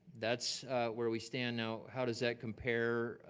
that's where we stand now. how does that compare?